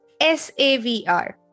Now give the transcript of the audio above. SAVR